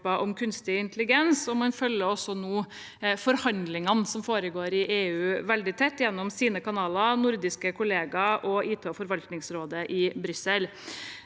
om kunstig intelligens. Man følger også nå forhandlingene som foregår i EU, veldig tett gjennom egne kanaler, nordiske kollegaer og IT- og forvaltningsrådet i Brussel.